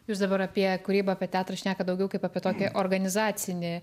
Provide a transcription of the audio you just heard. jūs dabar apie kūrybą apie teatrą šnekat daugiau kaip apie tokį organizacinį